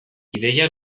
ideia